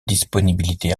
disponibilité